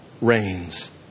reigns